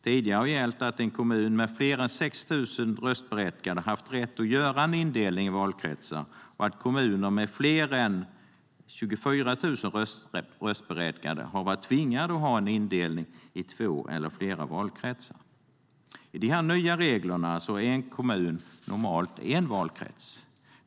Tidigare har en kommun med fler än 6 000 röstberättigade haft rätt att göra en indelning i valkretsar, och kommuner med fler än 24 000 röstberättigade har varit tvingade att ha en indelning i två eller flera valkretsar. Enligt de nya reglerna är en kommun normalt en valkrets.